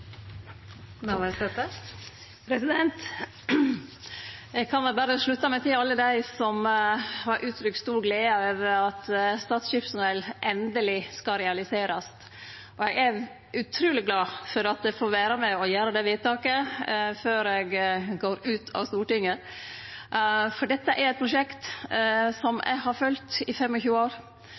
Eg kan vel berre slutte meg til alle dei som har uttrykt stor glede over at Stad skipstunnel endeleg skal realiserast. Eg er utruleg glad for at eg får vere med og gjere det vedtaket før eg går ut av Stortinget, for dette er eit prosjekt som eg har følgt i 25 år.